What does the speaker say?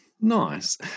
Nice